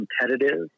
competitive